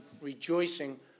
rejoicing